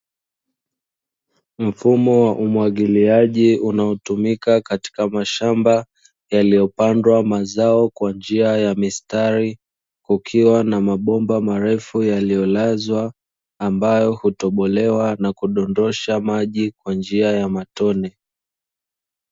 Mfumo wa umwagiliaji unaotumika katika mashamba yaliyopandwa mazao kwa njia ya mistari, kukiwa na mabomba marefu yaliyolazwa ambayo hutobolewa na kudondosha maji kwa njia ya matone.